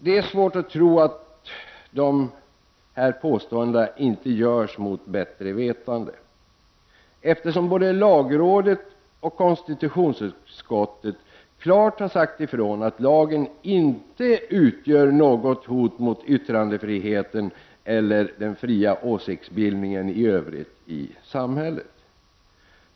Det är svårt att tro att dessa påståenden inte görs mot bättre vetande, eftersom både lagrådet och konstitutionsutskottet klart har sagt ifrån att lagen inte utgör något hot mot yttrandefriheten eller mot den fria åsiktsbildningen i övrigt i samhället.